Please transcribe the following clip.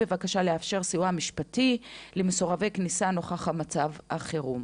בבקשה לאפשר סיוע משפטי למסורבי כניסה נוכח מצב החירום.